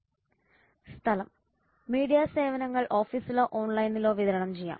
സ്ഥലം മീഡിയ സേവനങ്ങൾ ഓഫീസിലോ ഓൺലൈനിലോ വിതരണം ചെയ്യാം